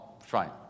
fine